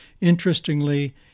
Interestingly